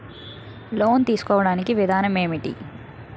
Loan తీసుకోడానికి విధానం ఏంటి?